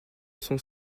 sont